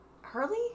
Hurley